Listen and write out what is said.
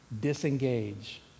disengage